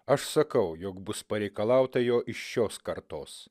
aš sakau jog bus pareikalauta jo iš šios kartos